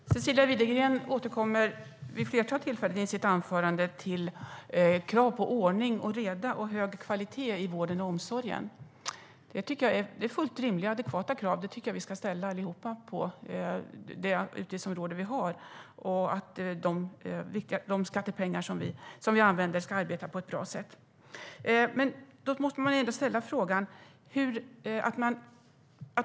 Herr talman! Cecilia Widegren återkommer vid ett flertal tillfällen i sitt anförande till krav på ordning och reda och hög kvalitet i vården och omsorgen. Det är fullt rimliga och adekvata krav som jag tycker att vi ska ställa allihop på detta utgiftsområde, att de skattepengar som vi använder ska arbeta på ett bra sätt. Men man måste ändå ställa sig en fråga.